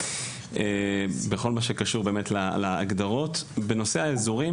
בכל מה שקשור להגדרות בנושא האזורים.